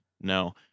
No